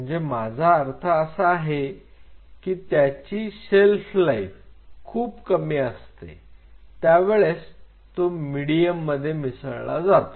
म्हणजे माझा अर्थ असा आहे ही त्याची शेल्फ लाइफ खूप कमी असते त्यावेळेस तो मिडीयम मध्ये मिसळला जातो